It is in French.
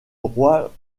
roi